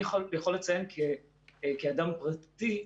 אני יכול לציין כאדם פרטי,